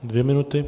Dvě minuty.